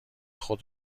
خود